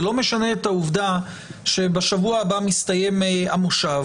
זה לא משנה את העובדה שבשבוע הבא מסתיים המושב